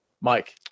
Mike